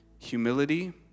humility